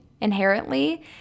inherently